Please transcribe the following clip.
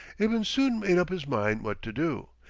ibn soon made up his mind what to do.